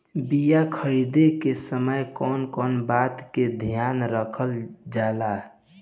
बीया खरीदे के समय कौन कौन बात के ध्यान रखल जाला?